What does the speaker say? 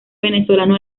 venezolano